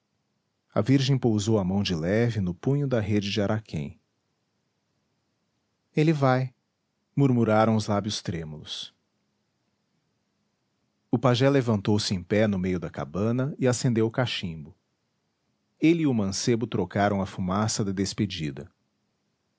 a virgem pousou a mão de leve no punho da rede de araquém ele vai murmuraram os lábios trêmulos o pajé levantou-se em pé no meio da cabana e acendeu o cachimbo ele e o mancebo trocaram a fumaça da despedida